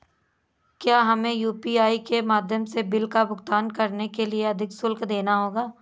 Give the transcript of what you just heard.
क्या हमें यू.पी.आई के माध्यम से बिल का भुगतान करने के लिए अधिक शुल्क देना होगा?